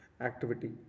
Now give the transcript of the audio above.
activity